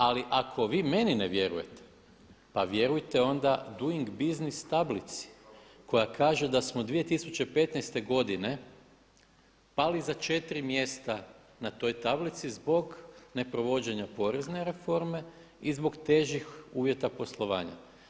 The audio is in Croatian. Ali ako vi meni ne vjerujete, pa vjerujte onda doing business tablici koja kaže da smo 2015. godine pali za 4 mjesta na toj tablici zbog neprovođenja porezne reforme i zbog težih uvjeta poslovanja.